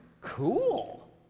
Cool